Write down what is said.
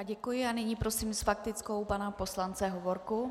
Děkuji a nyní prosím s faktickou pana poslance Hovorku.